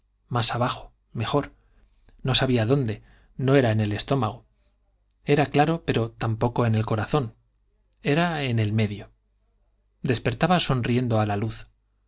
más abajo mejor no sabía dónde no era en el estómago era claro pero tampoco en el corazón era en el medio despertaba sonriendo a la luz